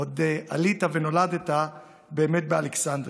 עוד עלית, ונולדת באמת באלכסנדרייה.